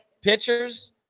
Pitchers